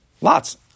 Lots